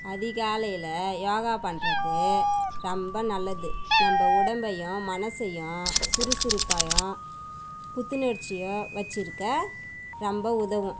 அதிகாலையில் யோகா பண்ணுறது ரொம்ப நல்லது நம்ப உடம்பையும் மனசையும் சுறுசுறுப்பாயும் புத்துணர்ச்சியாக வச்சுருக்க ரொம்ப உதவும்